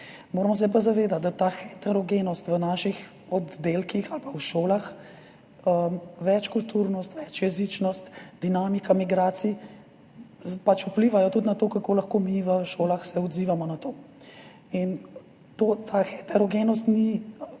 Moramo se pa zavedati, da ta heterogenost v naših oddelkih ali pa v šolah, večkulturnost, večjezičnost, dinamika migracij pač vplivajo tudi na to, kako se lahko mi v šolah odzivamo na to. Ta heterogenost ni neka